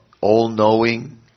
all-knowing